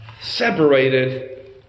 Separated